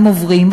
הם עוברים,